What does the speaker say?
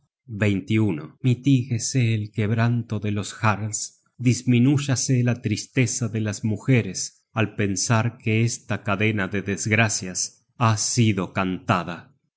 corazon mitiguese el quebranto de los jarls disminuyase la tristeza de las mujeres al pensar que esta cadena de desgracias ha sido cantada